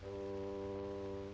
so